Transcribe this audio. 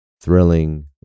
thrilling